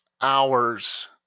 hours